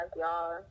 y'all